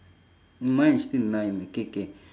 mine is still nine K K